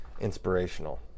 inspirational